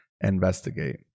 investigate